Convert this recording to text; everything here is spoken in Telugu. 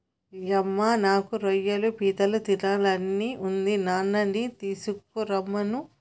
యమ్మ నాకు రొయ్యలు పీతలు తినాలని ఉంది నాన్ననీ తీసుకురమ్మను